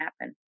happen